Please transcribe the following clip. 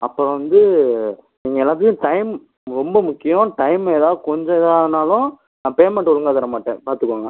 அப்புறம் வந்து எங்கள் எல்லோருக்கும் டைம் ரொம்ப முக்கியம் டைம் எதாது கொஞ்சம் எதாது ஆனாலும் நான் பேமெண்ட் ஒழுங்காக தரமாட்டேன் பார்த்துக்கோங்க